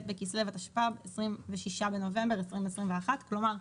בכסלו התשפ"ב (26 בנובמבר 2021). כלומר,